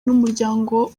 n’umuryango